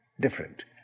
different